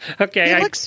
Okay